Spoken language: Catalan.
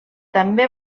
també